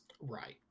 right